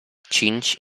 cinci